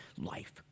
life